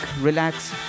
relax